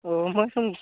অঁ মইচোন